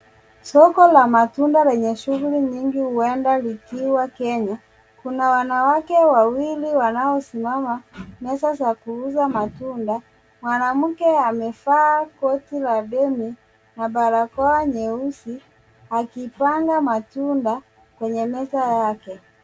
Soko la matunda lenye shughuli nyingi huenda likiwa Kenya, kuna wanawake wawili wanaosimama, meza za kuuza matunda, mwanamke amefaa koti la denim na barakoa nyeusi, akipanga matunda kwenye meza yake.